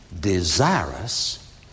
desirous